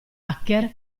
hacker